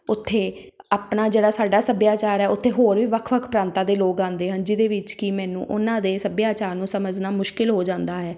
ਉੱਥੇ ਆਪਣਾ ਜਿਹੜਾ ਸਾਡਾ ਸੱਭਿਆਚਾਰ ਹੈ ਉੱਥੇ ਹੋਰ ਵੀ ਵੱਖ ਵੱਖ ਪ੍ਰਾਂਤਾਂ ਦੇ ਲੋਕ ਆਉਂਦੇ ਹਨ ਜਿਹਦੇ ਵਿੱਚ ਕਿ ਮੈਨੂੰ ਉਹਨਾਂ ਦੇ ਸੱਭਿਆਚਾਰ ਨੂੰ ਸਮਝਣਾ ਮੁਸ਼ਕਿਲ ਹੋ ਜਾਂਦਾ ਹੈ